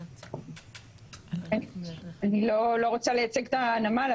אני לא רוצה לייצג את הנמל,